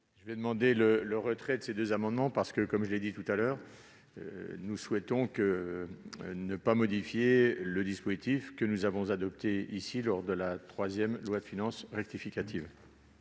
Je demande le retrait de ces deux amendements, parce que, comme je viens de le dire, nous ne souhaitons pas modifier le dispositif que nous avons adopté ici lors de l'examen de la troisième loi de finances rectificative.